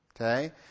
Okay